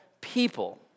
people